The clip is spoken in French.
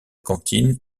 cantine